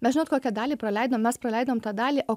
mes žinot kokią dalį praleidom mes praleidom tą dalį o